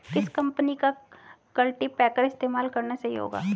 किस कंपनी का कल्टीपैकर इस्तेमाल करना सही होगा?